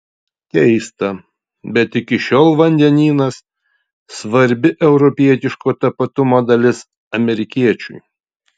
keista bet iki šiol vandenynas svarbi europietiško tapatumo dalis amerikiečiui